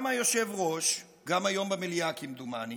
גם היושב-ראש, גם היום במליאה, כמדומני,